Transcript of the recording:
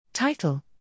Title